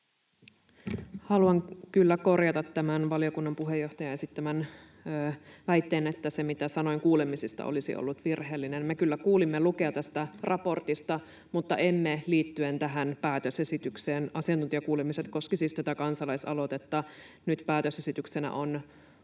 Haluan kyllä korjata tämän valiokunnan puheenjohtajan esittämän väitteen, että se, mitä sanoin kuulemisista, olisi ollut virheellistä. Me kyllä kuulimme Lukea tästä raportista, mutta emme liittyen tähän päätösesitykseen. Asiantuntijakuulemiset koskivat siis tätä kansalaisaloitetta. Nyt päätösesityksenä on